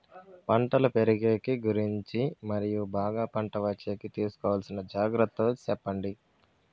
పంటలు పెరిగేకి గురించి మరియు బాగా పంట వచ్చేకి తీసుకోవాల్సిన జాగ్రత్త లు సెప్పండి?